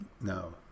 No